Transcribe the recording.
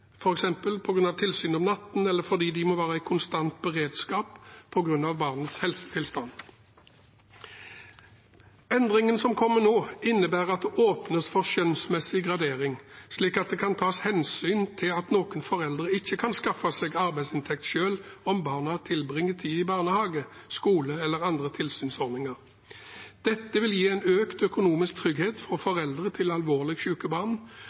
tilsyn om natten eller fordi de må være i konstant beredskap på grunn av barnets helsetilstand. Endringen som kommer nå, innebærer at det åpnes for skjønnsmessig gradering, slik at det kan tas hensyn til at noen foreldre ikke kan skaffe seg arbeidsinntekt, selv om barna tilbringer tid i barnehage, skole eller andre tilsynsordninger. Dette vil gi en økt økonomisk trygghet for foreldre til alvorlig